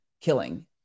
killing